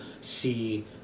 see